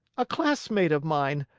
a classmate of mine.